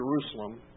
Jerusalem